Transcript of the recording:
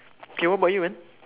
K what about you man